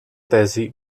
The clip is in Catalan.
tesi